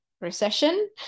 recession